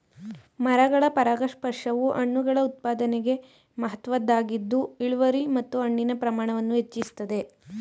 ಮರಗಳ ಪರಾಗಸ್ಪರ್ಶವು ಹಣ್ಣುಗಳ ಉತ್ಪಾದನೆಗೆ ಮಹತ್ವದ್ದಾಗಿದ್ದು ಇಳುವರಿ ಮತ್ತು ಹಣ್ಣಿನ ಪ್ರಮಾಣವನ್ನು ಹೆಚ್ಚಿಸ್ತದೆ